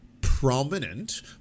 prominent